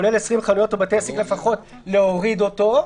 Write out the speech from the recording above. הכולל 20 חנויות או בתי עסק לפחות להוריד את זה.